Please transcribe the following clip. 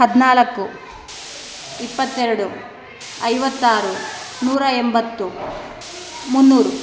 ಹದಿನಾಲ್ಕು ಇಪ್ಪತ್ತೆರಡು ಐವತ್ತಾರು ನೂರಾ ಎಂಬತ್ತು ಮುನ್ನೂರು